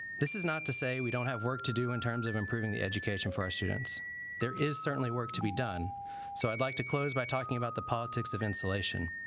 this is not to say we don't have work to do in terms of improving the education for our students there is certainly work to be done so i'd like to close by talking about the politics of insulation